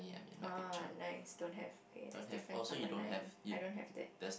oh nice don't have okay that's different from a nine I don't have that